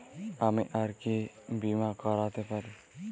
আমি আর কি বীমা করাতে পারি?